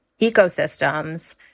ecosystems